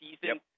season